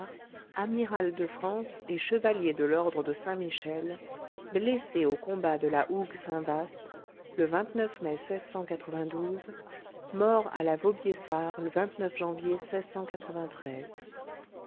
amiral de france et chevalier de l'ordre de saint-michel blessé au combat de la hougue saintvaast le mai mort à la vaubyessard le janvier